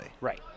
Right